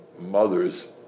mother's